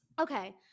okay